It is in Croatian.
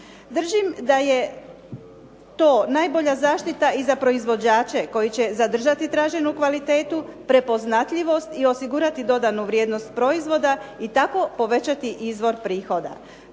Držim da je to najbolja zaštita i za proizvođače koji će zadržati traženu kvalitetu, prepoznatljivost i osigurati dodanu vrijednost proizvoda i tako povećati izvor prihoda.